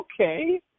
Okay